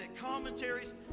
commentaries